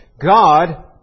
God